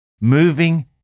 moving